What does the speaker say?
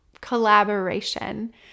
collaboration